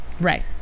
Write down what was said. Right